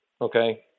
Okay